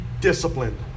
disciplined